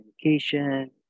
communication